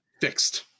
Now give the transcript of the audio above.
fixed